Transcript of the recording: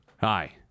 Hi